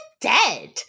dead